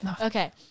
Okay